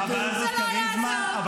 הבעיה שלי היא כריזמה?